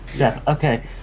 Okay